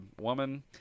woman